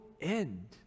end